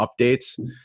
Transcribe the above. updates